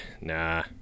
Nah